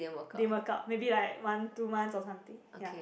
didn't work out maybe like one two months or something ya